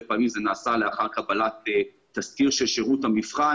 פעמים זה נעשה לאחר קבלת תסקיר של שירות המבחן